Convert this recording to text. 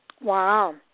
Wow